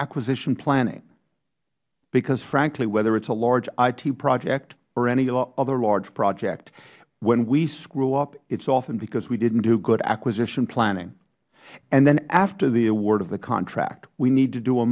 acquisition planning because frankly whether it is a large it project or any other project when we screw up often it is because we didnt do good acquisition planning and then after the award of the contract we need to do a